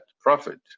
prophet